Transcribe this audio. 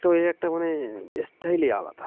তো ওই একটা মানে স্টাইলই আলাদা